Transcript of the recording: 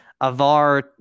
Avar